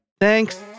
Thanks